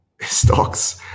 stocks